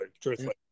truthfully